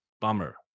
Bummer